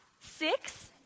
six